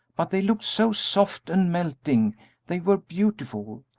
but they looked so soft and melting they were beautiful,